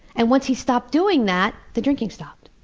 and once he stopped doing that, the drinking stopped.